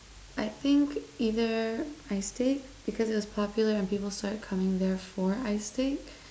I think either i steak because it was popular and people started coming there for i steak